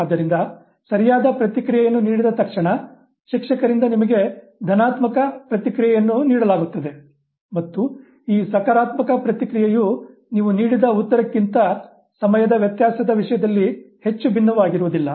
ಆದ್ದರಿಂದ ಸರಿಯಾದ ಪ್ರತಿಕ್ರಿಯೆಯನ್ನು ನೀಡಿದ ತಕ್ಷಣ ಶಿಕ್ಷಕರಿಂದ ನಿಮಗೆ ಧನಾತ್ಮಕ ಪ್ರತಿಕ್ರಿಯೆಯನ್ನು ನೀಡಲಾಗುತ್ತದೆ ಮತ್ತು ಈ ಸಕಾರಾತ್ಮಕ ಪ್ರತಿಕ್ರಿಯೆಯು ನೀವು ನೀಡಿದ ಉತ್ತರಕ್ಕಿಂತ ಸಮಯದ ವ್ಯತ್ಯಾಸದ ವಿಷಯದಲ್ಲಿ ಹೆಚ್ಚು ಭಿನ್ನವಾಗಿರುವುದಿಲ್ಲ